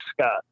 Scott